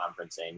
conferencing